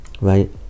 right